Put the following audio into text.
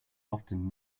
often